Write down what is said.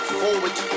forward